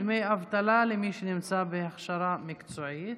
דמי אבטלה למי שנמצא בהכשרה מקצועית).